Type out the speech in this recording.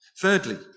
Thirdly